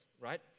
right